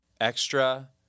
Extra